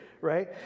right